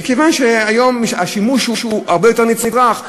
מכיוון שהיום השימוש הוא הרבה יותר נצרך.